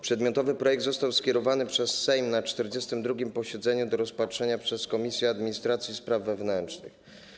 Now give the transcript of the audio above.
Przedmiotowy projekt został skierowany przez Sejm na 42. posiedzeniu do rozpatrzenia przez Komisję Administracji i Spraw Wewnętrznych.